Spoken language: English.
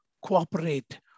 cooperate